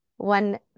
One